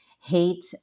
hate